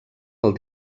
pel